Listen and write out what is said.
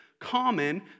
common